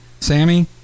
Sammy